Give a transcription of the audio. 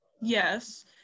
Yes